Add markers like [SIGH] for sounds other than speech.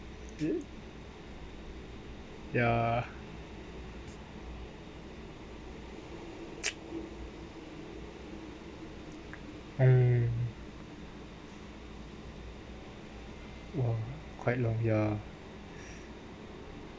[NOISE] ya mm !wah! quite long ya